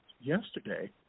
Yesterday